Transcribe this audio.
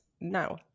now